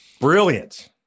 Brilliant